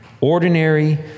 Ordinary